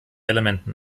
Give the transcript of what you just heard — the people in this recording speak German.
elementen